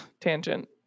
tangent